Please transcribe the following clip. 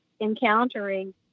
encountering